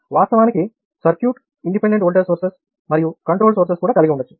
వాస్తవానికి circuit independent voltage sources మరియు controlled sources కూడా కలిగి ఉండవచ్చు